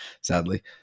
sadly